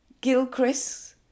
Gilchrist